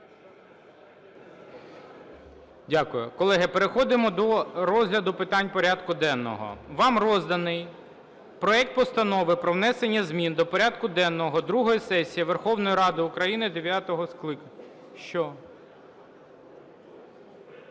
Дякую. Колеги, переходимо до розгляду питань порядку денного. Вам розданий проект Постанови про внесення змін до порядку денного другої сесії Верховної Ради України дев'ятого скликання. Що?